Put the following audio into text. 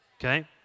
okay